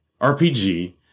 RPG